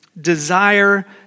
desire